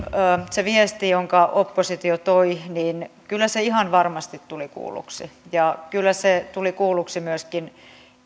se viesti jonka oppositio toi ihan varmasti tuli kuulluksi ja kyllä se tuli kuulluksi myöskin